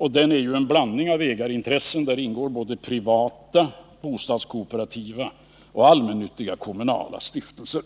Här finns det ju blandade ägarintressen: privata, bostadskooperativa och allmännyttiga och kommunala stiftelser.